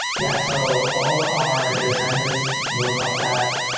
yeah. so all our data scientists work off that,